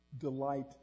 Delight